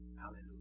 Hallelujah